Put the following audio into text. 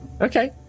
Okay